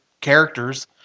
characters